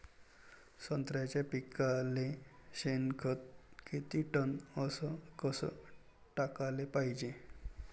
संत्र्याच्या पिकाले शेनखत किती टन अस कस टाकाले पायजे?